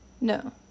No